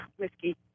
whiskey